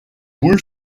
poule